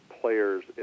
players